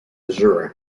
missouri